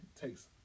takes